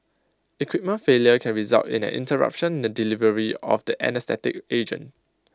equipment failure can result in an interruption in the delivery of the anaesthetic agent